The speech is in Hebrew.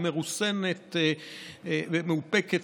היא מרוסנת ומאופקת,